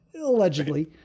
allegedly